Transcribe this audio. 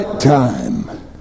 Time